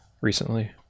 recently